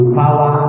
power